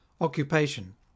occupation